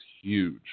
huge